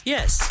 Yes